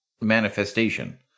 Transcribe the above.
manifestation